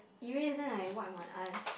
you read this then I wipe my eye